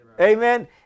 Amen